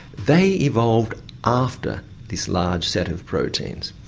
they evolved after this large set of proteins.